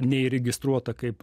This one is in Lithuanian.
neįregistruota kaip